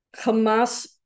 Hamas